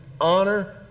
honor